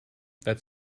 that